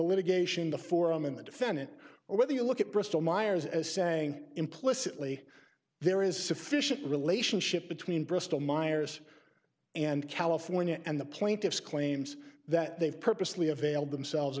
litigation the forum and the defendant or whether you look at bristol myers as saying implicitly there is sufficient relationship between bristol myers and california and the plaintiff's claims that they've purposely availed themselves o